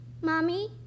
mommy